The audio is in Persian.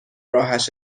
راهش